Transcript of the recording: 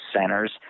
centers